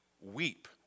weep